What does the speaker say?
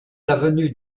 l’avenue